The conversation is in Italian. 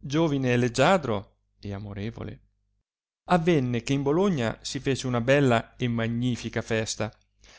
giovine leggiadro e amorevole avenne che in bologna si fece una bella e magnifica festa